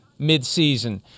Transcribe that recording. midseason